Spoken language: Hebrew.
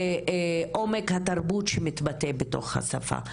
עומק התרבות שמתבטא בתוך השפה.